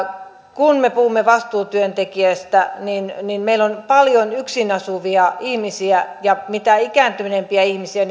kun me puhumme vastuutyöntekijästä niin niin meillä on paljon yksin asuvia ihmisiä ja mitä ikääntyneempiä ihmisiä